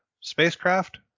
spacecraft